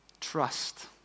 Trust